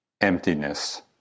Emptiness